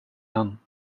aan